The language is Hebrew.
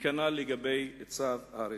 כנ"ל לגבי צו ההריסה.